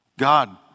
God